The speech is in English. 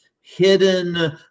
hidden